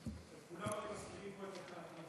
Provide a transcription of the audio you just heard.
כולם מזכירים פה את התאגיד.